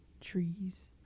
trees